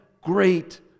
great